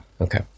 Okay